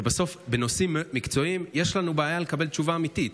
בסוף בנושאים מקצועיים יש לנו בעיה לקבל תשובה אמיתית,